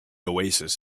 oasis